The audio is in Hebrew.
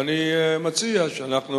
ואני מציע שאנחנו